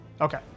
Okay